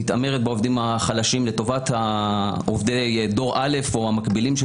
מתעמרת בעובדים החלשים לעומת עובדי דור א' או המקבילים של